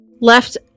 left